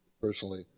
personally